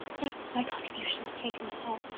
that's my contribution to painting the hall,